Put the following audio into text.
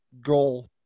goal